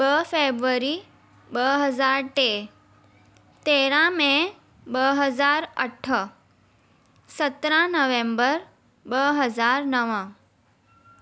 ॿ फेबररी ॿ हज़ार टे तेरहं मे ॿ हज़ार अठ सत्रहं नवंबर ॿ हज़ार नव